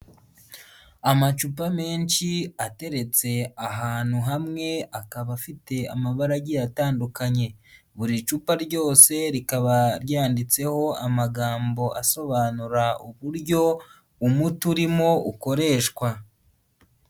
Amacupa menshi ateretse ahantu hamwe akaba afite amabaragi atandukanye, buri cupa ryose rikaba ryanditseho amagambo asobanura uburyo umuti urimo ukoreshwa.